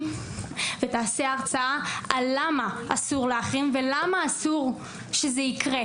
ותעשה הרצאה למה אסור להחרים ולמה אסור שזה ייקרה.